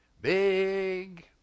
Big